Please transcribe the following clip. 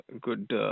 good